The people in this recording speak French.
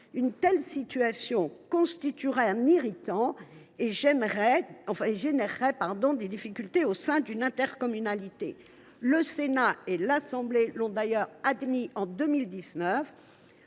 Une telle situation constituerait un irritant et engendrerait des difficultés au sein d’une intercommunalité. Le Sénat et l’Assemblée nationale l’ont d’ailleurs admis en 2019,